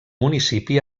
municipi